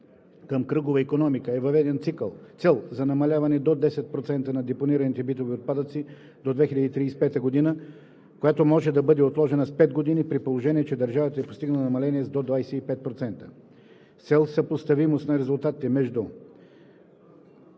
към кръгова икономика е въведена цел за намаляване до 10% на депонираните битови отпадъци до 2035 г., която може да бъде отложена с 5 години, при положение че държавата е постигнала намаление до 25 на сто. - С цел съпоставимост на резултатите между